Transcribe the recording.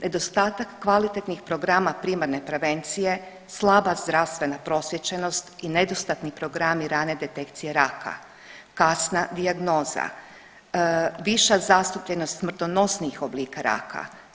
Nedostatak kvalitetnih programa primarne prevencije, slaba zdravstvena prosvijećenost i nedostatni programi rane detekcije raka, kasna dijagnoza, viša zastupljenost smrtonosnijih oblika raka.